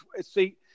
See